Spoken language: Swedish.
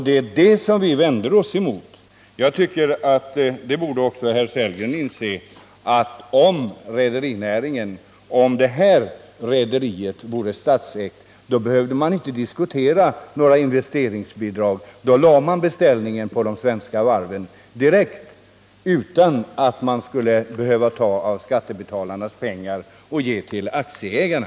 Det är det som vi vänder oss emot. Jag tycker att också herr Sellgren borde inse att om det här rederiet vore statsägt, så behövde vi inte diskutera något investeringsbidrag. Då skulle beställningen läggas direkt på ett svenskt varv utan att man behövde ge av skattebetalarnas pengar till aktieägarna.